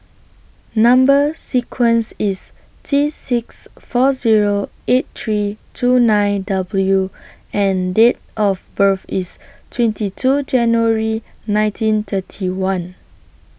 Number sequence IS T six four Zero eight three two nine W and Date of birth IS twenty two January nineteen thirty one